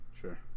Sure